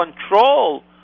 control